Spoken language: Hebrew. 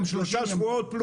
שלושה שבועות פלוס.